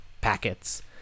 packets